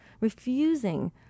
refusing